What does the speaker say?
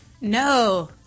No